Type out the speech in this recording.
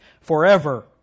forever